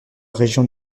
région